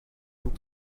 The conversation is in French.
vos